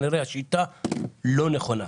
זה אומר שהשיטה כנראה לא נכונה.